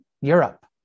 Europe